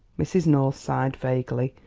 mrs. north sighed vaguely.